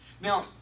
Now